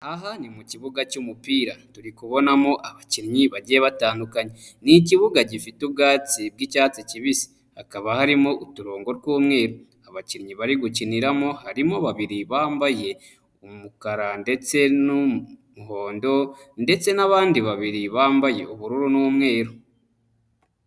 Aha ni mu kibuga cy'umupira turi kubonamo abakinnyi bagiye batandukanye, ni ikibuga gifite ubwatsi bw'icyatsi kibisi, hakaba harimo uturongo tw'umweru, abakinnyi bari gukiniramo harimo babiri bambaye umukara ndetse n'umuhondo ndetse n'abandi babiri bambaye ubururu n'umweru.